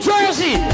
Jersey